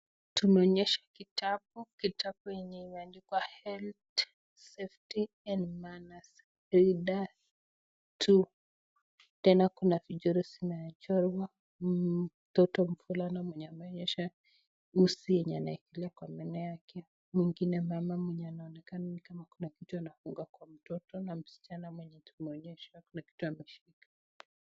Tunaonyeshwa kitabu. Kitabu yenye imeandikwa health, safety and manners reader 2 . Tena kuna michoro zinachorwa, mtoto mvulana mwenye ameonyesha uzi yenye ameekelea kwa meno yake . Mwingine ni mama mwenye anaonekana ni kama kuna kitu anafunga kwa mtoto na msichana mwenye tunaonyeshwa kuna kitu ameshikilia.